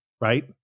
right